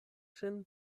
ŝin